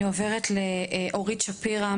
אני עוברת לאורית שפירא,